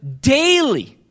daily